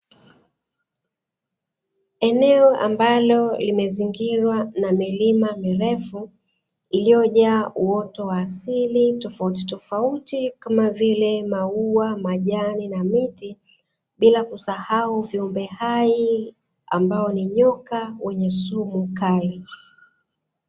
Eneo ambalo limezingirwa na milima mirefu iliyojaa uoto wa asili tofautitofauti kama vile maua, majani na miti. Bila kusahau viumbe hai ambao ni nyoka wenye sumu kali.